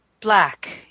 black